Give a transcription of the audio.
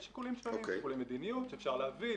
יש שיקולים שונים, שיקולי מדיניות שאפשר להביא.